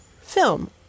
film